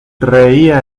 reía